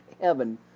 heaven